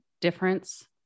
difference